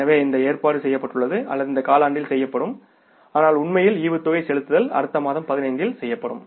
எனவே இந்த ஏற்பாடு செய்யப்பட்டுள்ளது அல்லது இந்த காலாண்டில் செய்யப்படும் ஆனால் உண்மையில் டிவிடெண்ட் செலுத்துதல் அடுத்த மாதம் 15ல் செய்யப்படும்